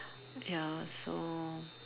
ya so